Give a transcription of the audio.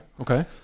okay